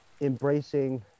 embracing